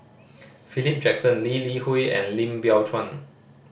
Philip Jackson Lee Li Hui and Lim Biow Chuan